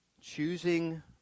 Choosing